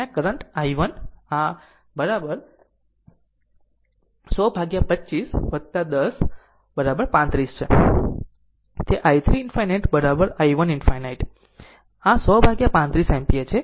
તેથી આ current i 1 આ 100 ભાગ્યા 25 10 35 છે તે i 3 ∞ i 1 ∞ આ 100 ભાગ્યા 35 એમ્પીયર છે